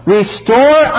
Restore